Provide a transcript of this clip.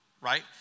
right